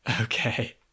okay